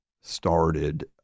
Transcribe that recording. started